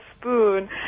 spoon